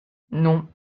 non